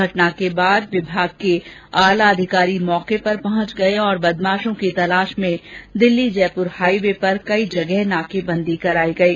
घटना के बाद विभाग के आला अधिकारी मौके पर पहुंच गये और बदमाषों की तलाष में दिल्ली जयपुर हाई वे पर कई जगह नाकेबंदी करायी गयी